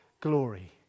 glory